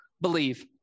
believe